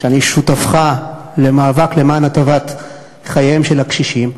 שאני שותפך למאבק למען הטבת חייהם של הקשישים,